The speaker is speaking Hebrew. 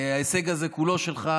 ההישג הזה כולו שלך.